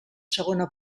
segona